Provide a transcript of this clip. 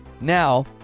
Now